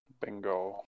Bingo